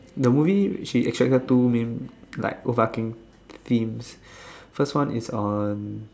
the movie she extracted two main overarching themes first one is on